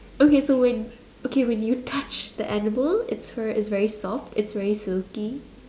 okay so when okay when you touch the animal it's fur is very soft it's very silky